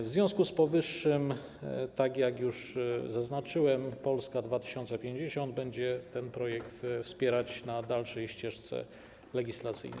W związku z powyższym, tak jak już zaznaczyłem, Polska 2050 będzie ten projekt wspierać na dalszej ścieżce legislacyjnej.